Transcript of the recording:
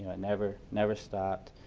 and never never stopped.